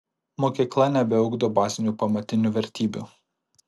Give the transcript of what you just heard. mokykla nebeugdo bazinių pamatinių vertybių